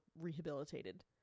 rehabilitated